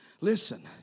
listen